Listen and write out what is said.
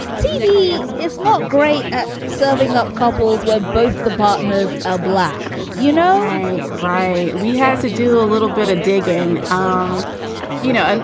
tv it's not great ah serving up couples where both the partners are black, you know right. we had to do a little bit of dig in. um you know, and